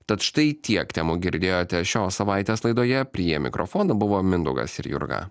tad štai tiek temų girdėjote šios savaitės laidoje prie mikrofonų buvo mindaugas ir jurga